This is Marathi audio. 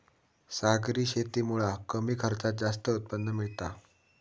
सागरी शेतीमुळा कमी खर्चात जास्त उत्पन्न मिळता